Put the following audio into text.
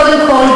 קודם כול,